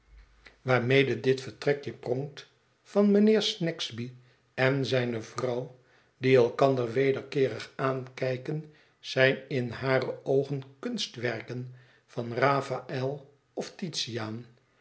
waarmede dit vertrekje pronkt van mijnheer snagsby en zijne vrouw die elkander wederkeerig aankijken zijn in hare oogen kunstwerken van raphaël of titiaan